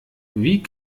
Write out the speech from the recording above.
wie